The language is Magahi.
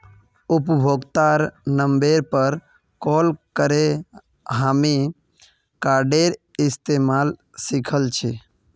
उपभोक्तार नंबरेर पर कॉल करे हामी कार्डेर इस्तमाल सिखल छि